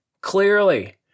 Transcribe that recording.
Clearly